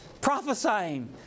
Prophesying